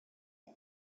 and